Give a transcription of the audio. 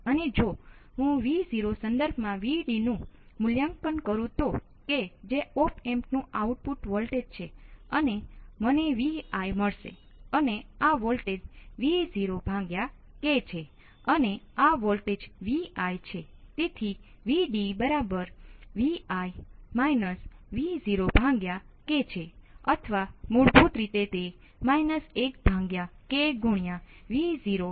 તેથી આ KCL નું ઉલ્લંઘન કરે છે અલબત્ત તેનું ચોક્કસપણે ઉલ્લંઘન કરી શકાતું નથી પરંતુ આનો ઉકેલ ખૂબ સરળ છે